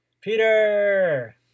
Peter